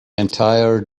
entire